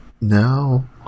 No